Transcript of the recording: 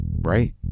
Right